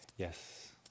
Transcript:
Yes